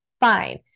fine